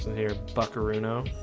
here fucker right now